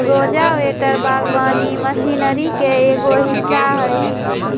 rotavator बगवानी machinery के एगो हिस्सा हई